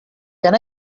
can